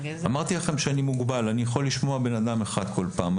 אמרתי לכם שאני מוגבל ואני יכול לשמוע בן אדם אחד כל פעם.